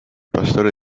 pastore